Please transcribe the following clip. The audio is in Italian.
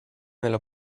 nella